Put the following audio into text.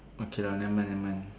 okay lah never mind never mind